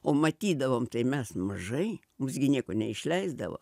o matydavom tai mes mažai mus gi niekur neišleisdavo